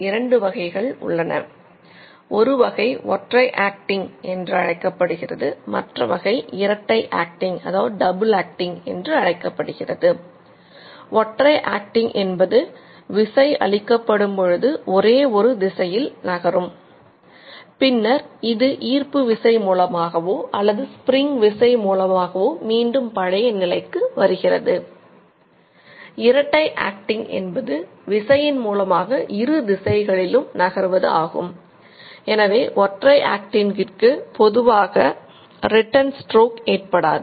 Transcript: இது மிகவும் எளிது